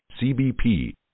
CBP